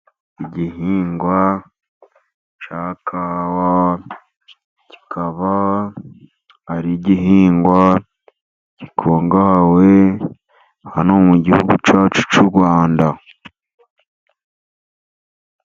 Igihingwa cya kawa. Kikaba ari igihingwa gikungahaye hano mu gihugu cyacu cy'u Rwanda.